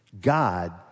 God